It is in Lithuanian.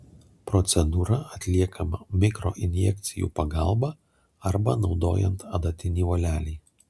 procedūra atliekama mikroinjekcijų pagalba arba naudojant adatinį volelį